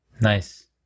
Nice